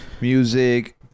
music